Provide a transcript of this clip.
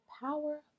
power